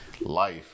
life